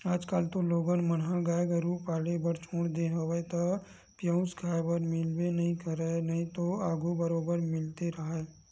आजकल तो लोगन मन ह गाय गरुवा पाले बर छोड़ देय हवे त पेयूस खाए बर मिलबे नइ करय नइते आघू बरोबर मिलते राहय